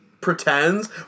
pretends